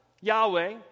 Yahweh